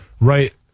Right